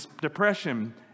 depression